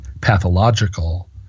pathological